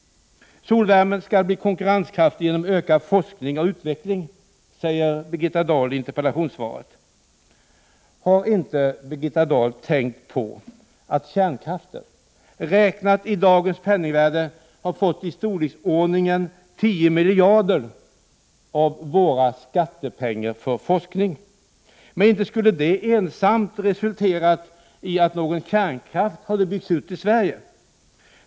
Solvärmen skall bli konkurrenskraftig genom ökad forskning och utveckling, säger Birgitta Dahl i interpellationssvaret. Har inte Birgitta Dahl tänkt på att kärnkraften i dagens penningvärde räknat har fått i storleksordningen 10 miljarder av våra skattepengar till forskning? Men skall det ensamt ha resulterat i att kärnkraften har byggts ut i Sverige?